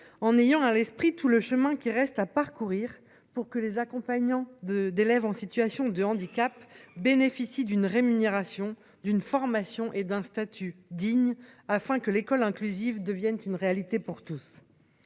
en ayant à l'esprit tout le chemin qui reste à parcourir pour que les accompagnant de d'élèves en situation de handicap bénéficient d'une rémunération d'une formation et d'un statut digne afin que l'école inclusive deviennent une réalité pour tous.